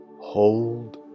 Hold